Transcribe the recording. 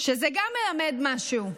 שזה גם מלמד משהו.